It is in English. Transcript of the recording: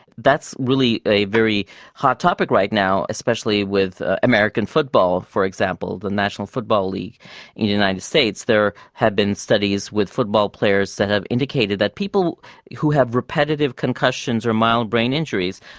that's really a very hot topic right now, especially with american football, for example, the national football league in the united states. there have been studies with football players that have indicated that people who have repetitive concussions or mild brain injuries,